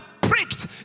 pricked